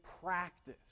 practice